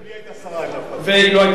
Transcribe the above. גם היא היתה שרה, אם לא אכפת לך.